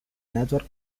network